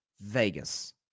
Vegas